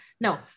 No